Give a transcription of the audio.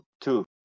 Two